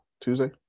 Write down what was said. tuesday